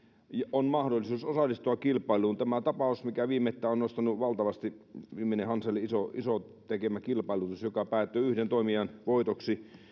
on mahdollisuus osallistua kilpailuun tämä tapaus mikä viimettäin on noussut valtavasti viimeinen hanselin tekemä iso kilpailutus joka päättyi yhden toimijan voitoksi